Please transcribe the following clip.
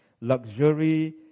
Luxury